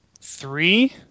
three